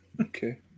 Okay